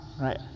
right